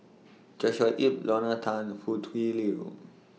Joshua Ip Lorna Tan Foo Tui Liew